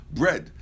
bread